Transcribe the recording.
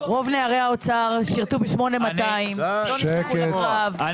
אמרתי שהזכאות למענק דירה היא